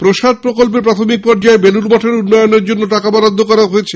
প্রসাদ প্রকল্পে প্রাথমিক পর্যায়ে বেলুরমঠের উন্নয়নের জন্য টাকা বরাদ্দ করা হয়েছে